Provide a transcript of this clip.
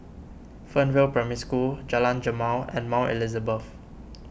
Fernvale Primary School Jalan Jamal and Mount Elizabeth